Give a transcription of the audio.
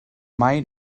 mai